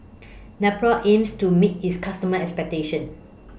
Nepro aims to meet its customers' expectations